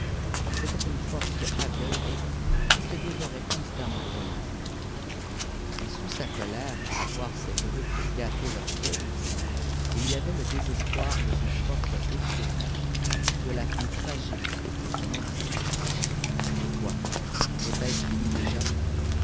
c'était une force aveugle qui se dévorait constamment elle-même et sous sa colère à voir ces brutes gâter leur cause il y avait le désespoir de son propre écroulement de la fin tragique de son ambition eh quoi était-ce fini déjà